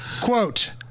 Quote